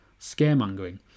scaremongering